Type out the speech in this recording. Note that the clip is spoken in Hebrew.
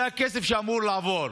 זה הכסף שאמור לעבור,